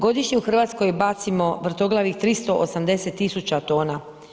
Godišnje u Hrvatskoj bacimo vrtoglavih 380 000 tona.